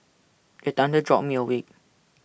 the thunder jolt me awake